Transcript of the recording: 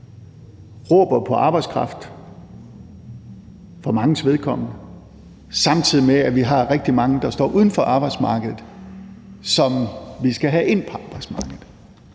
råber på arbejdskraft for manges vedkommende, samtidig med at vi har rigtig mange, der står uden for arbejdsmarkedet, som vi skal have ind på arbejdsmarkedet.